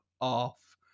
off